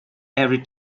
every